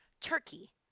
turkey